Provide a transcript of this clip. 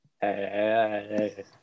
hey